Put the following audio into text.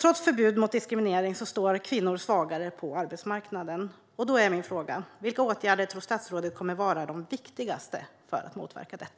Trots förbud mot diskriminering står kvinnor svagare på arbetsmarknaden. Då är min fråga: Vilka åtgärder tror statsrådet kommer att vara de viktigaste för att motverka detta?